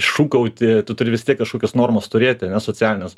šūkauti tu turi vis tiek kažkokias normas turėti ane socialines